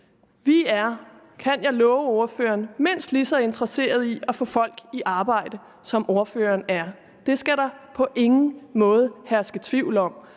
Vi er, kan jeg love ordføreren, mindst lige så interesserede i at få folk i arbejde, som ordføreren er. Det skal der på ingen måde herske tvivl om.